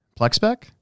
Plexpec